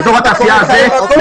ועל גדר ההפרדה לא הייתה התנגדות,